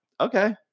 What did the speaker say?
Okay